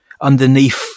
underneath